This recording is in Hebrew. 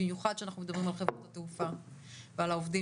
במיוחד כשאנחנו מדברים על חברות התעופה ועל העובדים